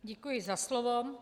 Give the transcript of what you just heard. Děkuji za slovo.